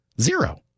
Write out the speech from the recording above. Zero